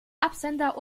absender